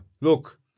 Look